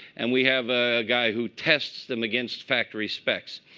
and we have a guy who tests them against factory specs.